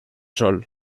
sol